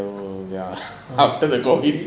ya after the COVID